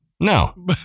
No